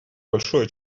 большое